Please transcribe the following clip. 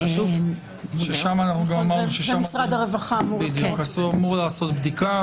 משרד הרווחה אמור לחזור.